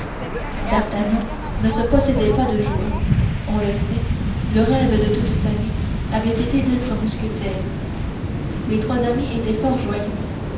d'artagnan ne se possédait pas de joie on le sait le rêve de toute sa vie avait été d'être mousquetaire les trois amis étaient fort joyeux